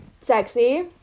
Sexy